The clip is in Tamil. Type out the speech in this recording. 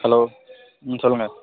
ஹலோ ம் சொல்லுங்கள்